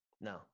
no